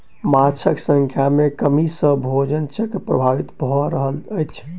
माँछक संख्या में कमी सॅ भोजन चक्र प्रभावित भ रहल अछि